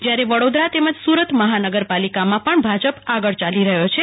જયારે વડોદરા તેમજ સુ રત મહાનગર પાલિકામાં પણ ભાજપ આગળ ચાલી રહ્યો છે